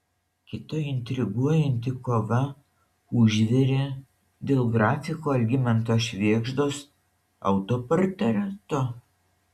kita intriguojanti kova užvirė dėl grafiko algimanto švėgždos autoportreto